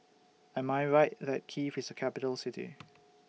Am I Right that Kiev IS A Capital City